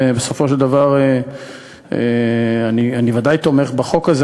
בסופו של דבר אני ודאי תומך בחוק הזה.